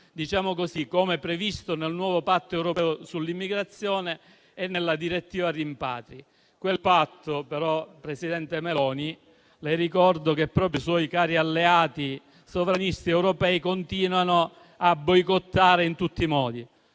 come previsto nel nuovo patto europeo sull'immigrazione e nella direttiva rimpatri. Quel patto però, presidente Meloni, le ricordo che proprio i suoi cari alleati sovranisti europei continuano a boicottare in tutti i modi.